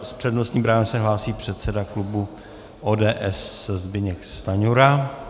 S přednostním právem se hlásí předseda klubu ODS Zbyněk Stanjura.